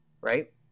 right